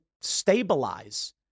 stabilize